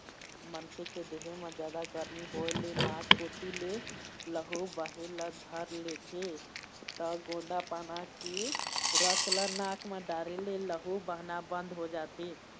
मनखे के देहे म जादा गरमी होए ले नाक कोती ले लहू बहे ल धर लेथे त गोंदा पाना के रस ल नाक म डारे ले लहू बहना बंद हो जाथे